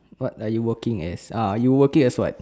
what are you working as ah you working as what